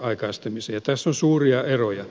tässä on suuria eroja